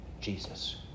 Jesus